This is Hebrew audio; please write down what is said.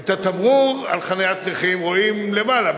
את התמרור על חניית נכים רואים למעלה,